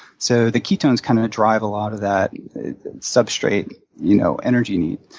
so the ketones kind of drive a lot of that substrate you know energy need.